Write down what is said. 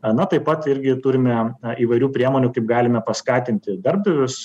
a na taip pat irgi turime įvairių priemonių kaip galime paskatinti darbdavius